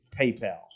PayPal